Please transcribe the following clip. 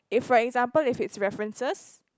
if for example if it's references